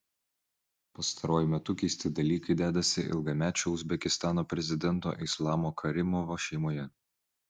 pastaruoju metu keisti dalykai dedasi ilgamečio uzbekistano prezidento islamo karimovo šeimoje